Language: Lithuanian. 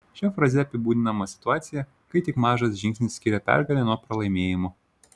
šia fraze apibūdinama situacija kai tik mažas žingsnis skiria pergalę nuo pralaimėjimo